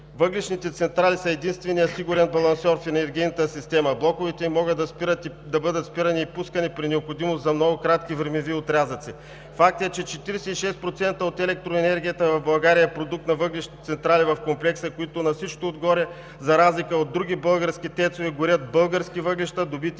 Въглищните централи са единственият сигурен балансьор в енергийната система, блоковете им могат да бъдат спирани и пускани при необходимост за много кратки времеви отрязъци. Факт е, че 46% от електроенергията в България е продукт на въглищните централи в комплекса, които на всичкото отгоре за разлика от други български ТЕЦ-ове горят български въглища, добити